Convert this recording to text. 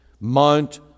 Mount